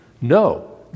No